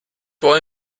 war